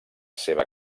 seva